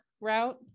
route